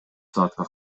саатка